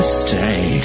stay